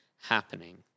happening